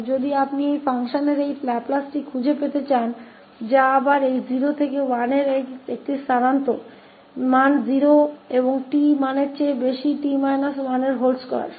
यदि आप इस फ़ंक्शन के इस लैपलेस को ढूंढना चाहते हैं जो फिर से यहां एक बदलाव है तो 0 से 1 तक मान 0 है और 𝑡 मान से अधिक है 2